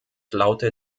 laute